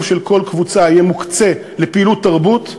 של כל קבוצה יהיה מוקצה לפעילות תרבות,